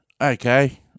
okay